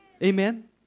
Amen